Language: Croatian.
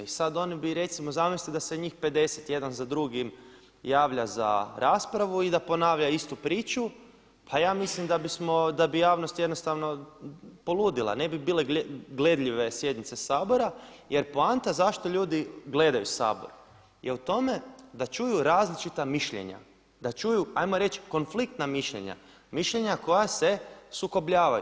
I sada oni bi, recimo zamislite da se njih 50 jedan za drugim javlja za raspravu i da ponavlja istu priču, pa ja mislim da bi javnost jednostavno poludjela, ne bi bile gledljive sjednice Sabora jer poanta zašto ljudi gledaju Sabor je u tome da čuju različita mišljenja, da čuju, 'ajmo reći konfliktna mišljenja, mišljenja koja se sukobljavaju.